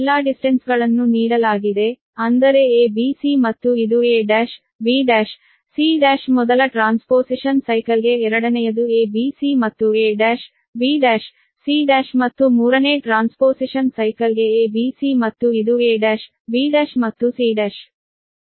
ಎಲ್ಲಾ ಡಿಸ್ಟೆನ್ಸ್ಗಳನ್ನು ನೀಡಲಾಗಿದೆ ಅಂದರೆ a b c ಮತ್ತು ಇದು a b c ಮೊದಲ ಟ್ರಾನ್ಸ್ಪೋಸಿಷನ್ ಸೈಕಲ್ಗೆ ಎರಡನೆಯದು a b c ಮತ್ತು a' b' c' ಮತ್ತು ಮೂರನೇ ಟ್ರಾನ್ಸ್ಪೋಸಿಷನ್ ಸೈಕಲ್ಗೆ a b c ಮತ್ತು ಇದು a' b' ಮತ್ತು c'